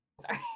Sorry